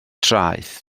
traeth